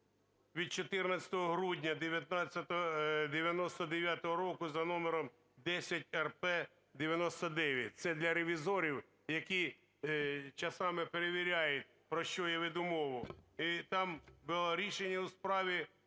від 14 грудня 1999 року за номером 10-рп/99. Це для ревізорів, які часами перевіряють, про що я веду мову. І там було рішення у справі